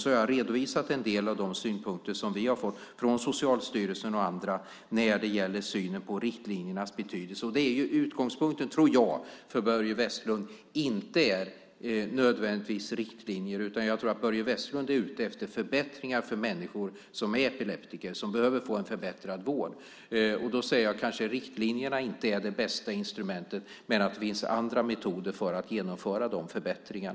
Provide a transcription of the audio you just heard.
Jag har redovisat en del av de synpunkter som vi har fått från Socialstyrelsen och andra när det gäller synen på riktlinjernas betydelse. Jag tror att utgångspunkten för Börje Vestlund inte nödvändigtvis är riktlinjer, utan Börje Vestlund är nog ute efter förbättringar för människor som är epileptiker och som behöver få en bättre vård. Jag säger att riktlinjerna kanske inte är det bästa instrumentet och att det finns andra metoder för att genomföra förbättringar.